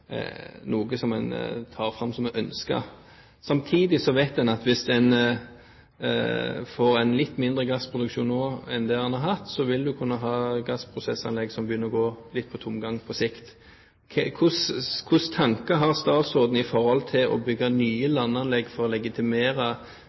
noe som en tar fram som et ønske. Samtidig vet en at hvis en nå får en litt mindre gassproduksjon enn det en har hatt, vil en på sikt kunne ha gassprosessanlegg som begynner å gå litt på tomgang. Hvilke tanker har statsråden om det å bygge nye landanlegg for å legitimere ny gassvirksomhet i nord kontra det å